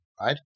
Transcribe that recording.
right